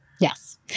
Yes